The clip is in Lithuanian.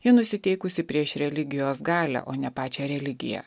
ji nusiteikusi prieš religijos galią o ne pačią religiją